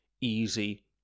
easy